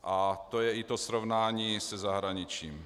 A to je i to srovnání se zahraničím.